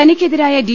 തനിക്കെതിരായ D